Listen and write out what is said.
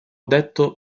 detto